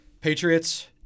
Patriots